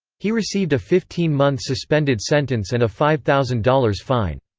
he received a fifteen month suspended sentence and a five thousand dollars fine.